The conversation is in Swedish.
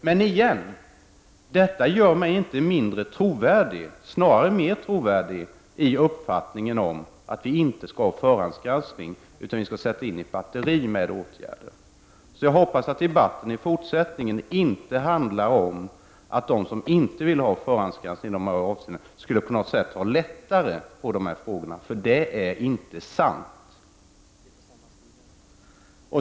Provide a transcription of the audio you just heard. Men detta gör mig inte mindre trovärdig, snarare mer trovärdig, i uppfattningen att vi inte skall ha förhandsgranskning utan att vi i stället skall sätta in ett batteri av åtgärder. Jag hoppas därför att debatten i fortsättningen inte skall handla om att de som inte vill ha förhandsgranskning tar lättare på dessa frågor, eftersom det inte är sant.